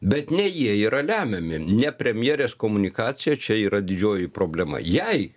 bet ne jie yra lemiami ne premjerės komunikacija čia yra didžioji problema jai